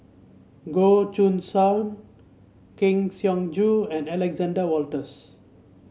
Goh Choo San Kang Siong Joo and Alexander Wolters